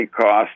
cost